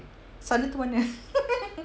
sana tu mana